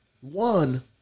one